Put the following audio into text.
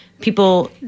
people